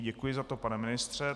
Děkuji za to, pane ministře.